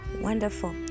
wonderful